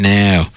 now